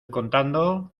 contando